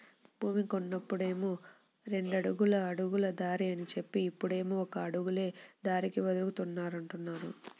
భూమి కొన్నప్పుడేమో రెండడుగుల అడుగుల దారి అని జెప్పి, ఇప్పుడేమో ఒక అడుగులే దారికి వదులుతామంటున్నారు